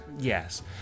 Yes